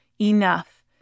enough